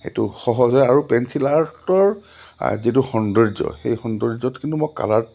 সেইটো সহজ হয় আৰু পেঞ্চিল আৰ্টৰ যিটো সৌন্দৰ্য সেই সৌন্দৰ্যত কিন্তু মই কালাৰত